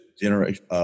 generation